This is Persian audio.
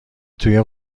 توی